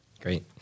Great